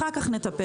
אחר כך נטפל.